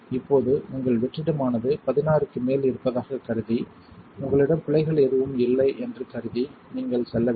இப்போது உங்கள் வெற்றிடமானது 16 க்கு மேல் இருப்பதாகக் கருதி உங்களிடம் பிழைகள் எதுவும் இல்லை என்று கருதி நீங்கள் செல்ல வேண்டும்